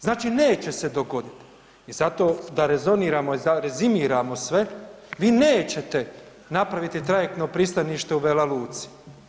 Znači neće se dogodit i zato da rezoniramo i da rezimiramo sve, vi nećete napraviti trajektno pristanište u Vela Luci.